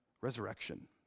resurrection